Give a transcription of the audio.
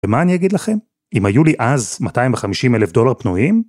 ומה אני אגיד לכם, אם היו לי אז 250 אלף דולר פנויים?